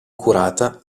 curata